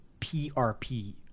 PRP